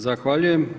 Zahvaljujem.